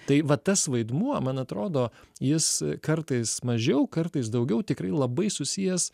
tai vat tas vaidmuo man atrodo jis kartais mažiau kartais daugiau tikrai labai susijęs